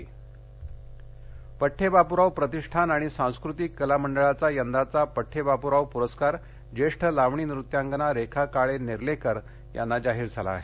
पुढ़े बापराव पड्ठे बापूराव प्रतिष्ठान आणि सांस्कृतिक कला मंडळाचा यदाचा पड्ठे बापूराव पुरस्कार ज्येष्ठ लावणी नृत्यांगना रेखा काळे नेलेंकर यांना जाहीर झाला आहे